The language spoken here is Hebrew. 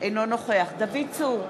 אינו נוכח דוד צור,